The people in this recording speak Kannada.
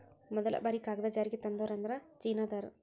ಮದಲ ಬಾರಿ ಕಾಗದಾ ಜಾರಿಗೆ ತಂದೋರ ಅಂದ್ರ ಚೇನಾದಾರ